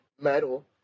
metal